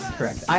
correct